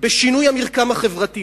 בשינוי המרקם החברתי.